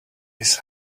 his